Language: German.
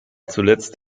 zuletzt